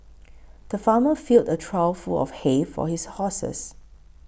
the farmer filled a trough full of hay for his horses